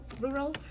rural